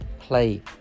Play